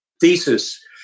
thesis